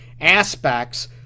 aspects